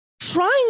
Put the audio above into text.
trying